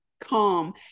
calm